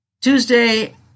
Tuesday